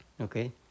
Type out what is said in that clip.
Okay